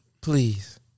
please